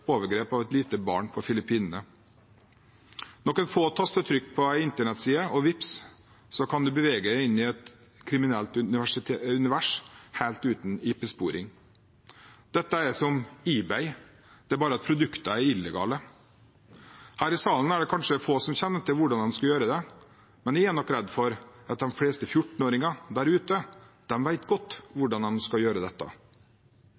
overgrep av et lite barn på Filippinene. Noen få tastetrykk på en internettside – og vipps, så kan en bevege seg inn i et kriminelt univers helt uten IP-sporing. Dette er som eBay, bare at produktene er illegale. Her i salen er det kanskje få som kjenner til hvordan de skal gjøre det, men jeg er nok redd for at de fleste 14-åringer der ute vet godt hvordan de skal gjøre dette.